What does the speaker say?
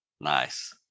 Nice